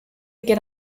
get